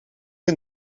een